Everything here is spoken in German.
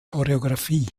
choreografie